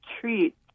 treat